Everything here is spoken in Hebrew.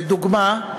לדוגמה,